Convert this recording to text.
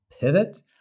pivot